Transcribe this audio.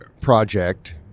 project